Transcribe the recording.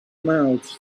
mouths